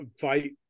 fight